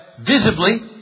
visibly